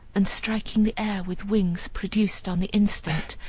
and striking the air with wings produced on the instant,